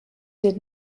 did